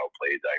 played